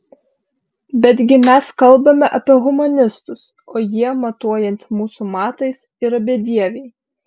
betgi mes kalbame apie humanistus o jie matuojant jūsų matais yra bedieviai